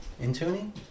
In-tuning